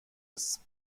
اسم